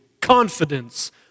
confidence